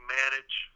manage